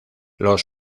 los